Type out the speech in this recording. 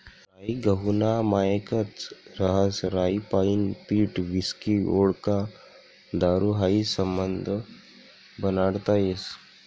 राई गहूना मायेकच रहास राईपाईन पीठ व्हिस्की व्होडका दारू हायी समधं बनाडता येस